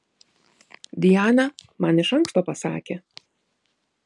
diana man iš anksto pasakė